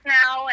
now